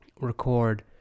record